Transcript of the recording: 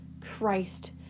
Christ